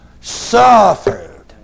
suffered